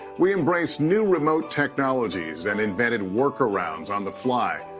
we embraced new remote technologies and invented work arounds on the fly,